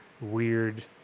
weird